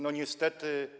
No niestety.